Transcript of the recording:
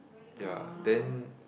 ya then